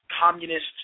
communist